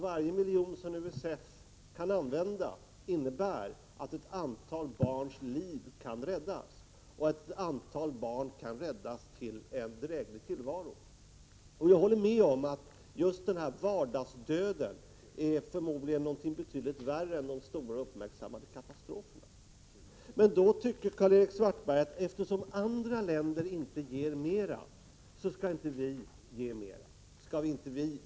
Varje miljon som UNICEF kan använda innebär att ett antal barns liv kan räddas och att ett antal barn kan räddas till en dräglig tillvaro. Jag håller med om att just denna vardagsdöd är någonting betydligt värre än de stora och uppmärksammade katastroferna. Men Karl-Erik Svartberg anser att eftersom andra länder inte ger mer, så skall Sverige inte öka sitt bistånd.